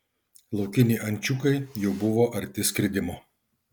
laukiniai ančiukai jau buvo arti skridimo